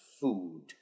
food